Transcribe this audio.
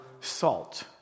salt